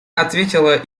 ответила